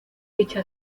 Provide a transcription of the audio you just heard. dicha